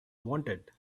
wanted